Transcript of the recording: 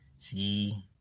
See